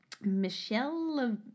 Michelle